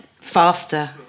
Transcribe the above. faster